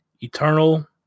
Eternal